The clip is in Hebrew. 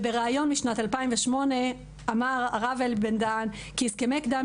ובראיון משנת 2008 אמר הרב אלי בן דהן כי הסכמי קדם